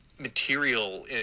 material